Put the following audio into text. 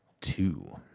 two